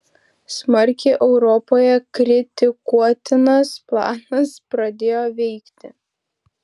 smarkiai europoje kritikuotinas planas pradėjo veikti